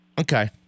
Okay